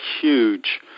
huge